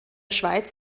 schweiz